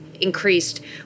increased